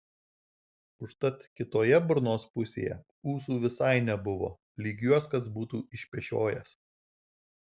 užtat kitoje burnos pusėje ūsų visai nebuvo lyg juos kas būtų išpešiojęs